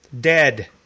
dead